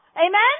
Amen